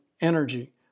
energy